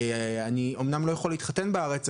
אני אמנם לא יכול להתחתן בארץ,